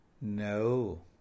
No